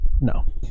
no